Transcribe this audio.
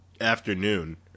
afternoon